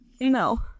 No